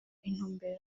intumbero